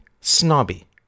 snobby